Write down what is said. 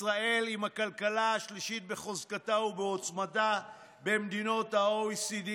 ישראל עם הכלכלה השלישית בחוזקה ובעוצמתה במדינות ה-OECD,